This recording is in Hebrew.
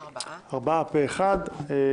הצבעה בעד, 4 נגד, אין